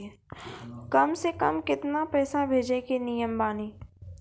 कम से कम केतना पैसा भेजै के नियम बानी?